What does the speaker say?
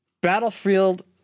Battlefield